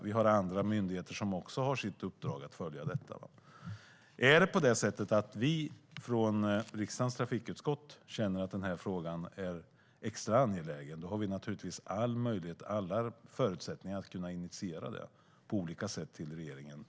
Vi har andra myndigheter som också har ett uppdrag att följa detta. Är det på det sättet att vi från riksdagens trafikutskott känner att den här frågan är extra angelägen har vi naturligtvis all möjlighet och alla förutsättningar att initiera det på olika sätt till regeringen.